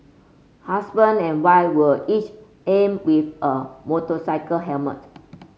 husband and wife were each armed with a motorcycle helmet